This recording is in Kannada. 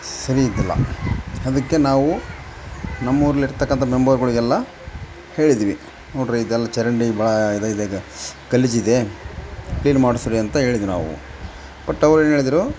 ಸರಿ ಇದ್ದಿಲ್ಲ ಅದಕ್ಕೆ ನಾವು ನಮ್ಮ ಊರಲಿರ್ತಕ್ಕಂಥ ಮೆಂಬರ್ಗಳಿಗೆಲ್ಲ ಹೇಳಿದೀವಿ ನೋಡ್ರಿ ಇದೆಲ್ಲ ಚರಂಡಿ ಭಾಳ ಇದು ಆಗಿದೆ ಗಲೀಜು ಇದೆ ಕ್ಲೀನ್ ಮಾಡಿಸ್ರೀ ಅಂತ ಹೇಳಿದೆ ನಾವು ಬಟ್ ಅವ್ರು ಏನು ಹೇಳಿದ್ರು